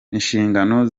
inshingano